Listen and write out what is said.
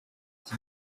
iki